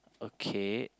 okay